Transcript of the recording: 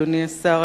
אדוני השר,